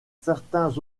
certains